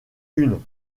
une